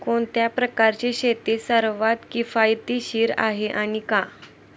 कोणत्या प्रकारची शेती सर्वात किफायतशीर आहे आणि का?